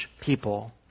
people